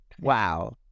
Wow